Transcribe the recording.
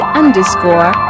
underscore